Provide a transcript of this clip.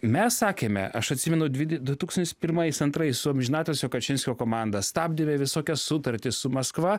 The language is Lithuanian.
mes sakėme aš atsimenu dvide du tūkstantis pirmais antrais su amžinatilsio kačinskio komanda stabdėme visokias sutartis su maskva